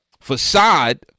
facade